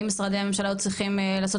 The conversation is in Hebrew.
האם משרדי הממשלה עוד צריכים לעשות